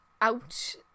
Ouch